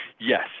yes